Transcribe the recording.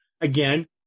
again